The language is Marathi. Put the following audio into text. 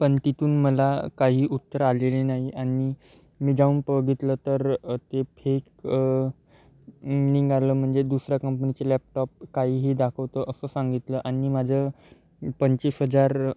पण तिथून मला काही उत्तर आलेले नाही आणि मी मी जाऊन बघितलं तर ते फेक नि निघालं म्हणजे दुसऱ्या कंपनीचे लॅपटॉप काहीही दाखवतो असं सांगितलं आणि माझं पंचवीस हजार